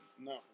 No